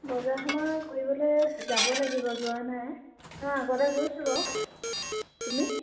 বজাৰ সমাৰ কৰিবলৈ যাব লাগিব যোৱা নাই অঁ আগতে গৈছোঁ বাৰু তুমি